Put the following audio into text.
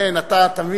אין, אתה תמיד,